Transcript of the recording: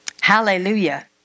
Hallelujah